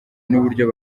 n’uburyo